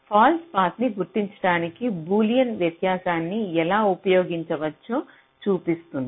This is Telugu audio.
ఫాల్స్ పాత్న్ని గుర్తించడానికి బూలియన్ వ్యత్యాసాన్ని ఎలా ఉపయోగించవచ్చో చూపిస్తుంది